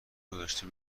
گذاشته